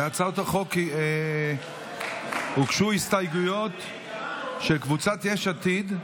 להצעת החוק הוגשו הסתייגויות של קבוצת סיעת יש עתיד: